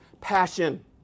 passion